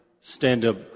stand-up